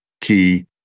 key